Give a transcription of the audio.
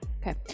Okay